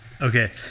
okay